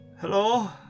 Hello